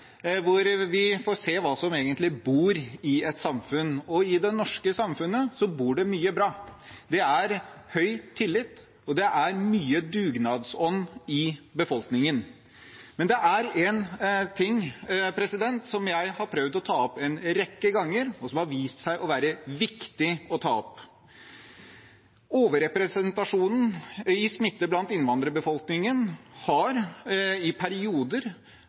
vi får se hva som egentlig bor i et samfunn, og i det norske samfunnet bor det mye bra. Det er høy tillit, og det er mye dugnadsånd i befolkningen. Men det er en ting jeg har prøvd å ta opp en rekke ganger, og som har vist seg å være viktig å ta opp. Overrepresentasjonen av smitte blant innvandrerbefolkningen kan i perioder